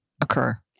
occur